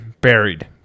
buried